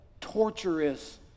torturous